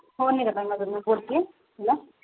हो मधून बोलते आहे बोला